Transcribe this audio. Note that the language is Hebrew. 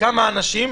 כמה אנשים,